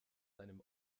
seinem